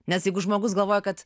nes jeigu žmogus galvoja kad